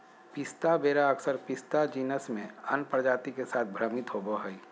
पिस्ता वेरा अक्सर पिस्ता जीनस में अन्य प्रजाति के साथ भ्रमित होबो हइ